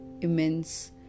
immense